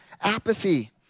Apathy